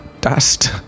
dust